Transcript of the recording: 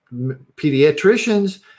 pediatricians